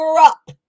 up